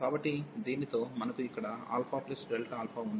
కాబట్టి దీనితో మనకు ఇక్కడ α ఉంది